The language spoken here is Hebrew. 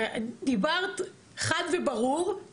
דיברת חד וברור,